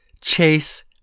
chase